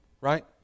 right